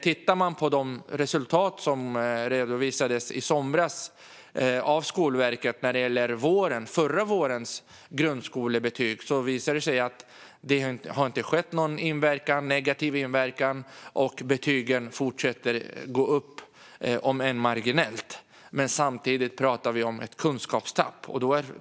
Tittar vi på de resultat som redovisades av Skolverket i somras gällande förra vårens grundskolebetyg ser vi att betygen inte påverkades negativt utan fortsatte gå upp, om än marginellt. Samtidigt talas det om ett kunskapstapp.